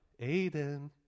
Aiden